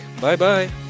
Bye-bye